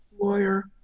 lawyer